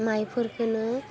मायफोरखौनो